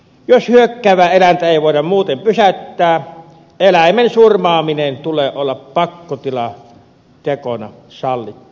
jos hyökkäävää eläintä ei voida muuten pysäyttää eläimen surmaamisen tulee olla pakkotilatekona sallittua